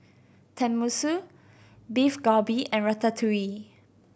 Tenmusu Beef Galbi and Ratatouille